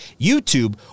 YouTube